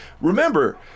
remember